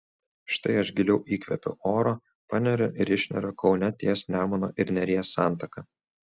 štai aš giliau įkvepiu oro paneriu ir išneriu kaune ties nemuno ir neries santaka